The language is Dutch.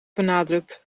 benadrukt